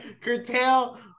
curtail